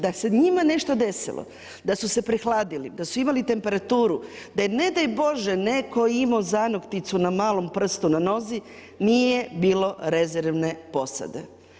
Da se njima nešto desilo, da su se prehladili, da su imali temperaturu, da je ne daj bože netko imao zanokticu na malom prstu na nozi nije bilo rezervne posade.